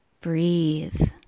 breathe